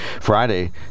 Friday